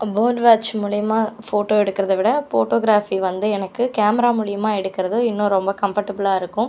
bird watch மூலயமா photo எடுக்கறதை விட ஃபோட்டோகிராஃபி வந்து எனக்கு கேமரா மூலயமா எடுக்கறது இன்னும் ரொம்ப காம்ஃபர்டஃப்புலாக இருக்கும்